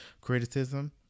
criticism